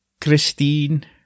Christine